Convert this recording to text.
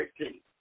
16